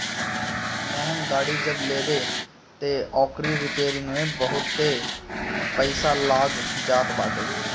महंग गाड़ी जब लेबअ तअ ओकरी रिपेरिंग में बहुते पईसा लाग जात बाटे